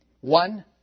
one